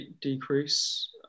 Decrease